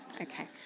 Okay